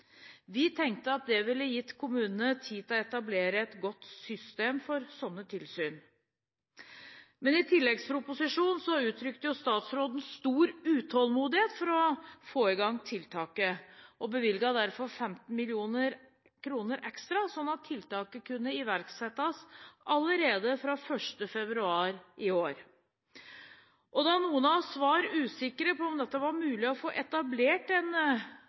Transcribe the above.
Vi tenkte at det ville gi kommunene tid til å etablere et godt system for sånne tilsyn. Men i tilleggsproposisjonen uttrykte statsråden stor utålmodighet etter å få i gang tiltaket, og bevilget derfor 15 mill. kr ekstra, sånn at tiltaket kunne iverksettes allerede fra 1. februar i år. Da noen av oss var usikre på om det var mulig å få etablert en